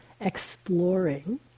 exploring